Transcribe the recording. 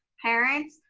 parents,